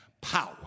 power